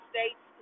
States